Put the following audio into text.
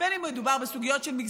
בין שמדובר בסוגיות של פריפריה,